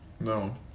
No